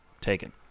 taken